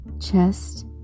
chest